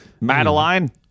madeline